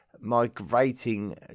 migrating